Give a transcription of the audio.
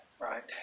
right